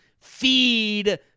feed